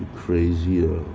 frazier